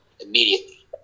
immediately